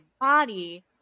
body